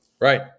Right